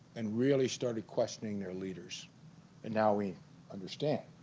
and really started questioning their leaders and now we understand